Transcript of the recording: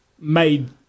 made